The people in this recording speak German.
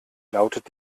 lautet